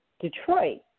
Detroit